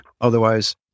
Otherwise